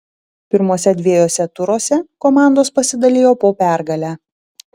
pirmuose dviejuose turuose komandos pasidalijo po pergalę